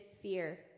fear